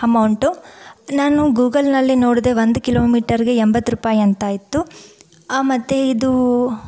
amount ನಾನು ಗೂಗಲ್ನಲ್ಲಿ ನೋಡಿದೆ ಒಂದು ಕಿಲೋಮೀಟರ್ಗೆ ಎಂಬತ್ತು ರೂಪಾಯಿ ಅಂತ ಇತ್ತು ಮತ್ತು ಇದು